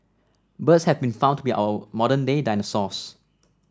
birds have been found to be our modern day dinosaurs